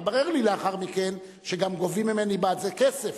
התברר לי לאחר מכן שגם גובים ממני בעד זה כסף.